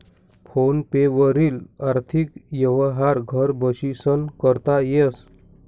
phone पे वरी आर्थिक यवहार घर बशीसन करता येस